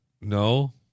no